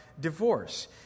divorce